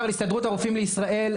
על הר"י - ההסתדרות הרופאים בישראלי,